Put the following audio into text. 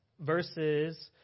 verses